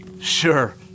Sure